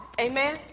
Amen